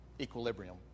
equilibrium